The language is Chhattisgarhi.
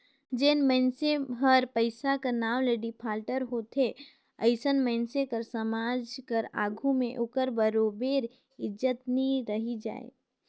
जेन मइनसे हर पइसा कर नांव ले डिफाल्टर होथे अइसन मइनसे कर समाज कर आघु में ओकर बरोबेर इज्जत नी रहि जाए